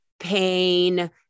pain